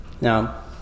Now